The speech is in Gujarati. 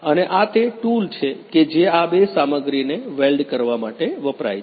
અને આ તે ટૂલ છે કે જે આ બે સામગ્રીને વેલ્ડ કરવા માટે વપરાય છે